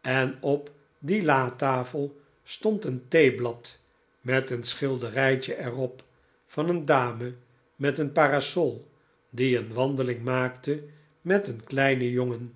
en op die latafel stond een theeblad met een schilderijtje er op van een dame met een parasol die een wandeling maakte met een kleinen jongen